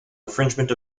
infringement